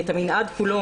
את המנעד כולו,